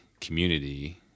community